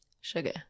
Sugar